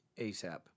ASAP